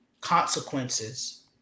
consequences